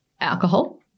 alcohol